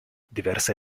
diverse